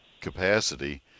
capacity